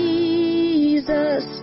Jesus